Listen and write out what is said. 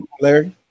larry